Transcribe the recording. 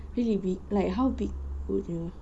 really big like how big would the